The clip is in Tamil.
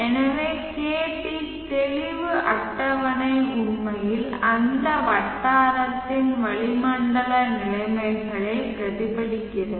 எனவே kt தெளிவு அட்டவணை உண்மையில் அந்த வட்டாரத்தின் வளிமண்டல நிலைமைகளை பிரதிபலிக்கிறது